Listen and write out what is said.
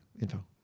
info